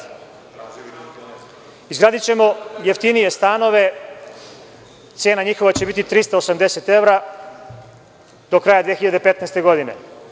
Izgradićemo jeftinije stanove, njihova cena će biti 380 evra, do kraja 2015. godine.